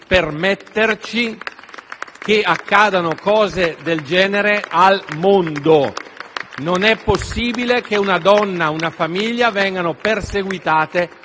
Non possiamo permetterci che accadano cose del genere al mondo. Non è possibile che una donna e una famiglia vengano perseguitate